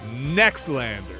NEXTLANDER